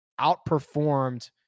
outperformed